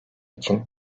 için